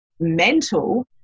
Mental